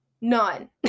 None